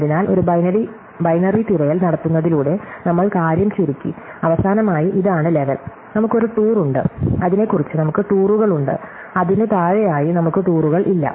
അതിനാൽ ഒരു ബൈനറി തിരയൽ നടത്തുന്നതിലൂടെ നമ്മൾ കാര്യം ചുരുക്കി അവസാനമായി ഇതാണ് ലെവൽ നമുക്ക് ഒരു ടൂർ ഉണ്ട് അതിനെക്കുറിച്ച്നമുക്ക് ടൂറുകൾ ഉണ്ട് അതിനു താഴെയായി നമുക്ക് ടൂറുകൾ ഇല്ല